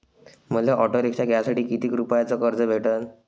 मले auto rickshaw घ्यासाठी कितीक रुपयाच कर्ज भेटनं?